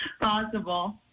possible